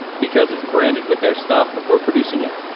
because it's branded with their stuff, but we're producing it.